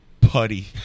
putty